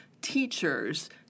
teachers